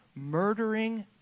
murdering